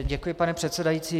Děkuji, pane předsedající.